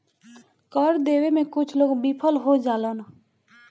कर देबे में कुछ लोग विफल हो जालन